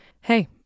hey